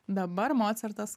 dabar mocartas